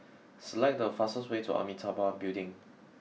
select the fastest way to Amitabha Building